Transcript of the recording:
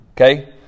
Okay